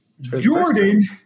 Jordan